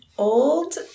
Old